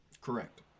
Correct